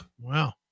Wow